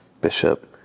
Bishop